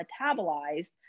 metabolized